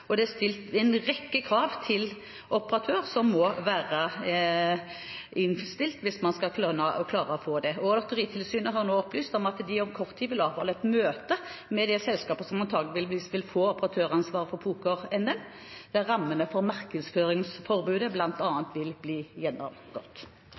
og det er stilt en rekke krav til operatører som må være innfridd hvis man skal klare å få det. Lotteritilsynet har nå opplyst om at de om kort tid vil avholde et møte med det selskapet som antageligvis vil få operatøransvaret for poker-NM, der bl.a. rammene for markedsføringsforbudet vil bli gjennomgått.